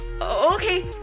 okay